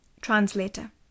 translator